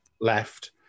left